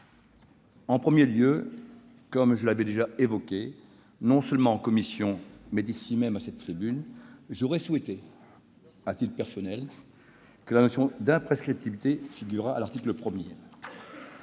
En premier lieu, comme je l'avais déjà évoqué non seulement en commission, mais également à cette tribune, j'aurais souhaité, à titre personnel, que la notion d'imprescriptibilité figurât à l'article 1.